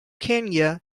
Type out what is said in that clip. kenya